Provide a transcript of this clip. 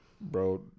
Bro